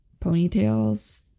ponytails